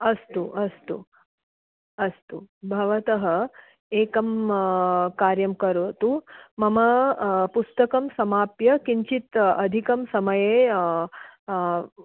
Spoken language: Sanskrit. अस्तु अस्तु भवतः एकं कार्यं करोतु मम पुस्तकं समाप्य किञ्चित् अधिकं समये